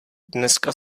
dneska